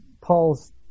Paul's